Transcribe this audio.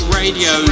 radio